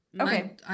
Okay